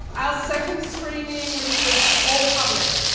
our second screening which was all public,